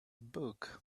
book